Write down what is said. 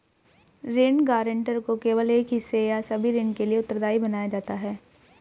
ऋण गारंटर को केवल एक हिस्से या सभी ऋण के लिए उत्तरदायी बनाया जाता है